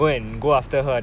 and then err